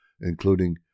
including